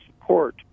support